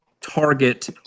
target